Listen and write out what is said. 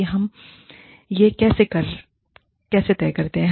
और हम यह कैसे तय करते हैं